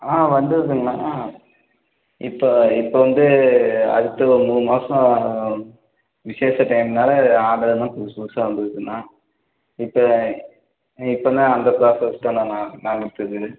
ஆ வந்து இருக்குங்கண்ணா இப்போ இப்போ வந்து அடுத்த ஒரு மூணு மாசம் விசேஷ டைம்னால ஆர்டர் எல்லாம் புதுசு புதுசாக வந்துருக்குண்ணா இப்போ ஆ இப்போ தான் அந்த ப்ராசஸ்தாண்ணா நடந்துகிட்ருக்குது